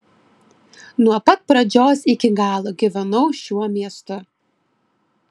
nuo pat pradžios iki galo gyvenau šiuo miestu